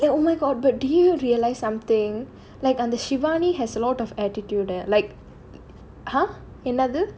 eh oh my god but do you realise something like அந்த:antha shivani has a lot of attitude eh like ah என்னது:ennathu